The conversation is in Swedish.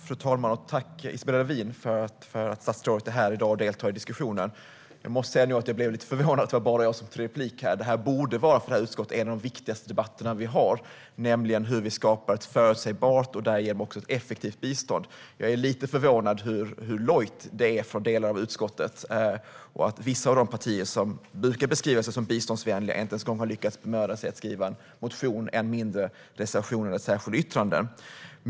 Fru ålderspresident! Jag tackar statsrådet för att hon är här i dag och deltar i diskussionen. Jag är lite förvånad över att det bara var jag som tog replik. För utskottet borde detta vara en av de viktigaste debatterna vi har, den om hur vi skapar ett förutsägbart och därigenom också ett effektivt bistånd. Jag är förvånad över hur lojt det är från delar av utskottet och över att vissa av de partier som brukar beskriva sig som biståndsvänliga inte ens har bemödat sig att skriva en motion och än mindre en reservation eller ett särskilt yttrande.